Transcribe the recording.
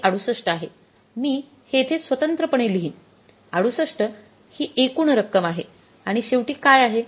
ते ६८ आहे मी हे येथे स्वतंत्रपणे लिहीन६८ ही एकूण रक्कम आहे आणि शेवटी काय आहे